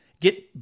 get